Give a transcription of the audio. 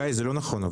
גיא, זה לא נכון.